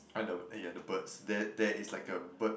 kind of yeah the birds there there is like a bird